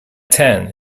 ten